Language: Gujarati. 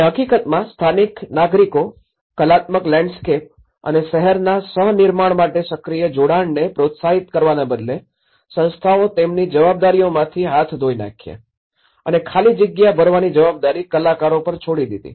અને હકીકતમાં સ્થાનિક નાગરિકો કલાત્મક લેન્ડસ્કેપ અને શહેરના સહ નિર્માણ માટે સક્રિય જોડાણને પ્રોત્સાહિત કરવાને બદલે સંસ્થાઓએ તેમની જવાબદારીઓમાંથી હાથ ધોઈ નાખ્યા અને ખાલી જગ્યા ભરવાની જવાબદારી કલાકારો પર છોડી દીધી